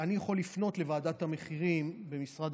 אני יכול לפנות לוועדת המחירים במשרד